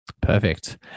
perfect